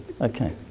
Okay